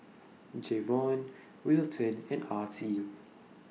Jayvon Wilton and Artie